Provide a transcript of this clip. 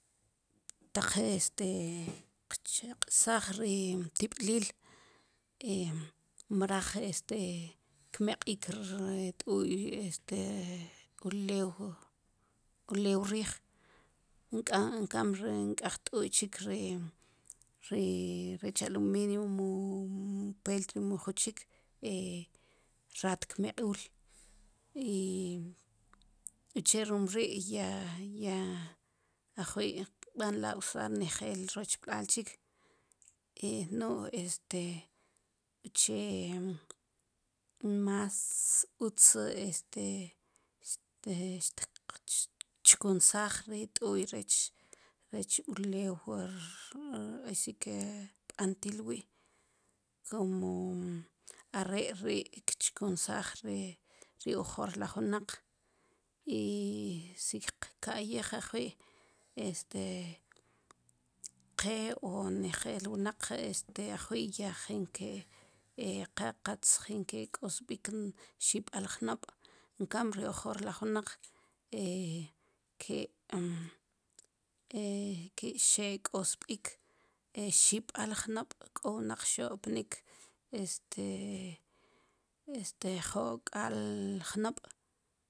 Taq este qchaq'saj ri tib'lil e mrej kmeq'ik ri t'u'y este ulew ulew riij enkam ri nk'ej t'u'y chik ri ri rech aluminio mu peltre mu juchik e raat kmeq'uul i uche rum ri' ya ya ajwi' kb'anla' usar nejel rochb'lal chik e nu'j este uche mas utz este este xtiqchkunsaaj ri t'u'y rech ulew wur asi que wu b'antil wi' komu are' ri' kchkunsaaj ri ojor laj wnaq i si qka'yij ajjwi' este qe o nejeel wnaq este ajwi' ya jin ke qa qatz jin ki' k'osb'ik xib'al jnab' enkam ri ojor laj wnaq xe k'sb'ik xib'al jnab' k'o wnaq xopnik' este este joq'aal jnab'